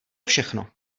všechno